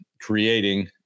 creating